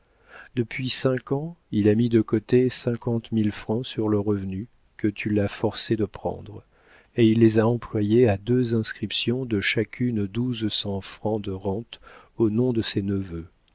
depuis cinq ans il a mis de côté cinquante mille francs sur le revenu que tu l'as forcé de prendre et il les a employés à deux inscriptions de chacune douze cents francs de rente au nom de ses